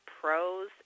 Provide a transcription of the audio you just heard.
pros